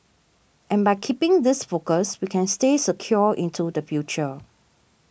and by keeping this focus we can stay secure into the future